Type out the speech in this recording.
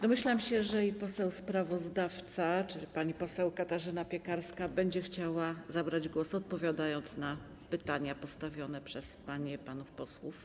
Domyślam się, że i poseł sprawozdawca, czyli pani poseł Katarzyna Piekarska, będzie chciał zabrać głos, odpowiadając na pytania postawione przez panie i panów posłów.